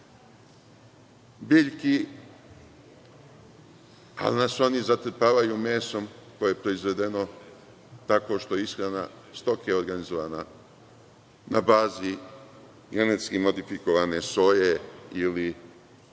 biljaka, ali nas oni zatrpavaju mesom koje je proizvedeno tako što je ishrana stoke organizovana na bazi genetski modifikovane soje ili